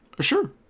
Sure